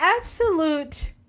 absolute